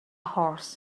horse